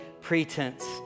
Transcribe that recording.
pretense